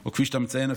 או כפי שאתה מציין,